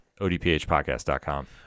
ODPHpodcast.com